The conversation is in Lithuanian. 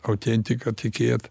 autentika tikėt